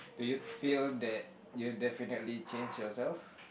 do you feel that you have definitely changed yourself